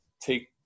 take